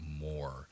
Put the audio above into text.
more